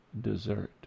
dessert